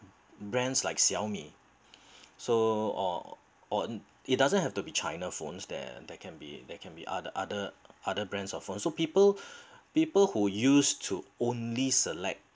brands like Xiaomi so or or it doesn't have to be china phones there that can be that can be other other other brands of phone people people who used to only select